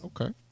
Okay